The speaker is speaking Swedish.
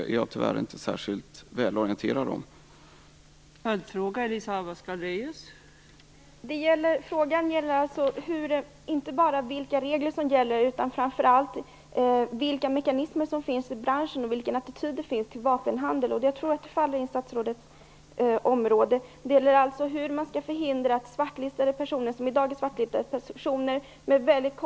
Jag är, tyvärr, inte särskilt välorienterad om det.